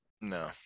no